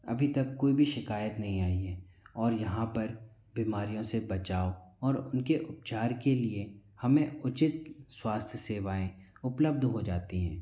अभी तक कोई भी शिकायत नहीं आई है और यहाँ पर बिमारियों से बचाव और उनके उपचार के लिए हमें उचित स्वास्थ्य सेवाएँ उपलब्ध हो जाती हैं